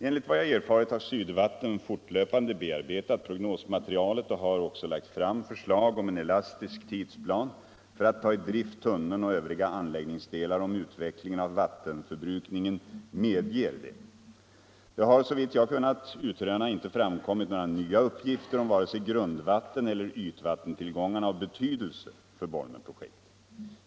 Enligt vad jag erfarit har Sydvatten fortlöpande bearbetat prognosmaterialet och har också lagt fram förslag om en elastisk tidsplan för att ta i drift tunneln och övriga anläggningsdelar, om utvecklingen av vattenförbrukningen medger det. Det har såvitt jag kunnat utröna inte framkommit några nya uppgifter om vare sig grundvatteneller ytvattentillgångarna av betydelse för Bolmenprojektet.